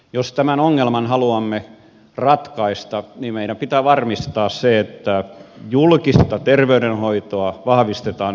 jos tämän ongelman haluamme ratkaistaan viimeinen pitää varmistaa se että julkista terveydenhoitoa vahvistetaan